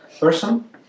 person